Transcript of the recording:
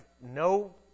no